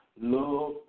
Love